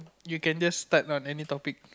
you can just start on any topic